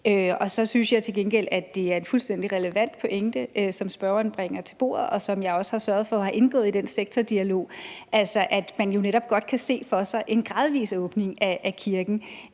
Så synes jeg til gengæld, at det er en fuldstændig relevant pointe, som spørgeren bringer på bordet, og som jeg også har sørget for har indgået i den sektordialog, altså at man netop godt kan se en gradvis åbning af kirken